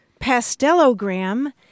pastelogram